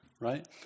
right